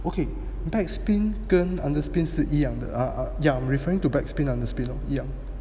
okay back spin 跟 under spin 是一样的 ah ah ya I'm referring to back spin under spin lor 一样